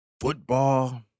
football